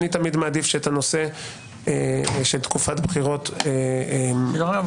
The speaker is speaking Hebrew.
אני תמיד מעדיף שהנושא של תקופת בחירות לא